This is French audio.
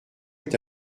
est